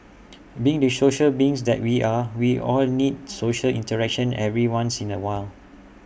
being the social beings that we are we all need social interaction every once in A while